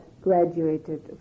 graduated